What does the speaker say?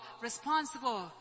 responsible